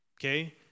okay